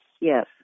Yes